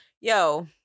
Yo